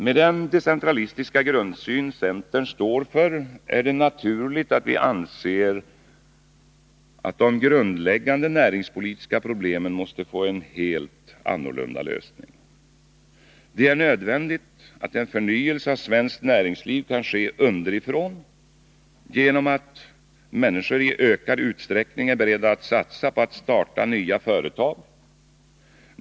Med den decentralistiska grundsyn centern står för är det naturligt att vi anser att de grundläggande näringspolitiska problemen måste få en helt annan lösning. Det är nödvändigt att en förnyelse av svenskt näringsliv kan ske underifrån, genom att människor i ökad utsträckning är beredda att satsa på att starta nya företag.